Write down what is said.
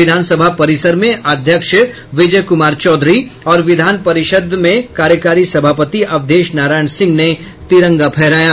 विधान सभा परिसर में अध्यक्ष विजय कुमार चौधरी और विधान परिषद में कार्यकारी सभापति अवधेश नारायण सिंह ने तिरंगा फहराया